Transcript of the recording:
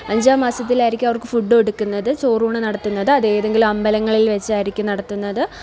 അഞ്ചാം മാസത്തിലായിരിക്കും അവര്ക്ക് ഫുഡ് കൊടുക്കുന്നത് ചോറൂണ് നടത്തുന്നത് അതേതെങ്കിലും അമ്പലങ്ങളില് വെച്ചായിരിക്കും നടത്തുന്നത്